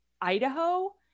Idaho